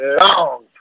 Long